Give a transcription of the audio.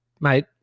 Mate